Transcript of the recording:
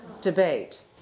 debate